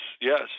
yes